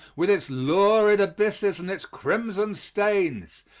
with its lurid abysses and its crimson stains,